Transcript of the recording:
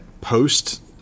post